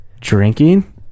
drinking